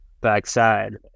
backside